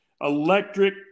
electric